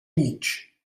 mig